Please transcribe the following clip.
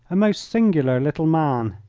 a most singular little man.